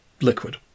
liquid